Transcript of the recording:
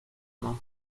honor